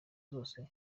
zose